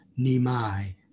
Nimai